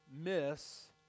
miss